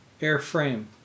Airframe